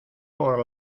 por